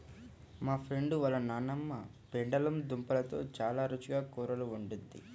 మా ఫ్రెండు వాళ్ళ నాన్నమ్మ పెండలం దుంపలతో చాలా రుచిగా కూరలు వండిద్ది